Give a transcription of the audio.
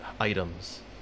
items